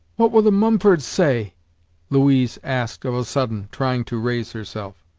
what will the mumfords say louise asked of a sudden, trying to raise herself.